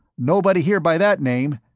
nobody here by that name,